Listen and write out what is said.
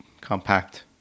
compact